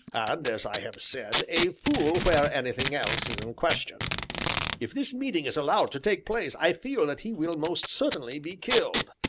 and, as i have said, a fool where anything else is in question if this meeting is allowed to take place, i feel that he will most certainly be killed,